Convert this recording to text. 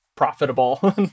profitable